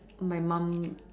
my mum